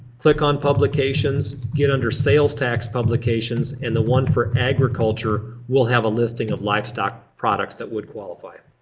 click on publications, get under sales tax publications, and the one for agriculture will have a listing of livestock products that would qualify.